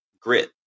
grit